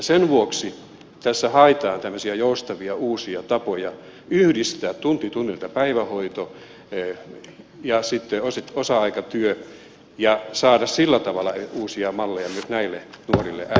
sen vuoksi tässä haetaan tämmöisiä joustavia uusia tapoja yhdistää tunti tunnilta päivähoito ja osa aikatyö ja saada sillä tavalla uusia malleja myös näille nuorille äideille